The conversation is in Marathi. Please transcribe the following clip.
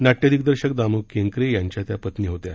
नाट्यदिग्दर्शक दामू केंकरे यांच्या त्या पत्नी होत्या